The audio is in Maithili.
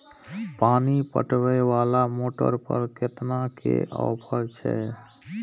पानी पटवेवाला मोटर पर केतना के ऑफर छे?